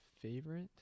favorite